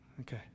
okay